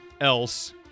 else